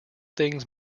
things